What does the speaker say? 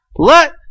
let